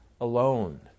alone